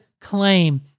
claim